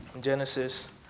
Genesis